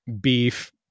beef